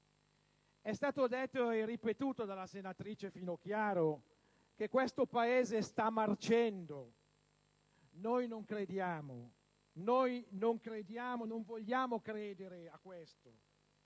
È stato detto e ripetuto dalla senatrice Finocchiaro che questo Paese sta marcendo. Noi non lo crediamo; noi non vogliamo credere a questo.